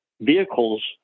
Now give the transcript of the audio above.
vehicles